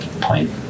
point